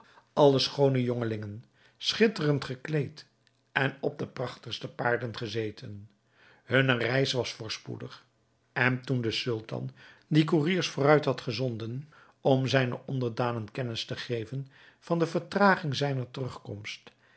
allen schoone jongelingen schitterend gekleed en op de prachtigste paarden gezeten hunne reis was voorspoedig en toen de sultan die koeriers vooruit had gezonden om zijnen onderdanen kennis te geven van de vertraging zijner terugkomst